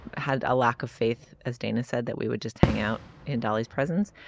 had a lack of faith as dana said that we would just hang out in dolly's presence.